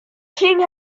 king